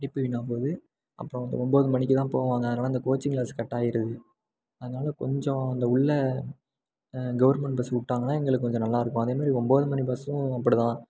படிப்பு வீணாகப் போகுது அப்புறம் ஒம்பது மணிக்குதான் போவாங்க அதனால அந்த கோச்சிங் கிளாஸ் கட் ஆகிருது அதனால கொஞ்சம் அந்த உள்ளே கவர்மெண்ட் பஸ் விட்டாங்கனா எங்களுக்கு கொஞ்சம் நல்லா இருக்கும் அதேமாதிரி ஒம்பது மணி பஸ்சும் அப்படிதான்